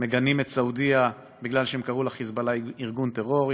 מגנים את סעודיה כי הם קראו ל"חיזבאללה" ארגון טרור,